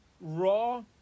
raw